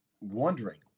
wondering